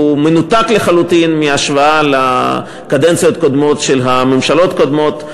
והוא מנותק לחלוטין בהשוואה לקדנציות קודמות של ממשלות קודמות.